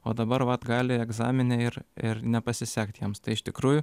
o dabar vat gali egzamine ir ir nepasisekti jiems tai iš tikrųjų